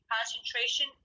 Concentration